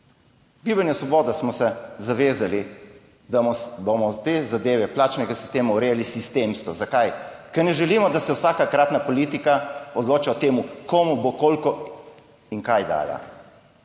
V Gibanju Svoboda smo se zavezali, da bomo te zadeve plačnega sistema urejali sistemsko - zakaj? -, ker ne želimo, da se vsakokratna politika odloča o tem, komu bo koliko in kaj dala.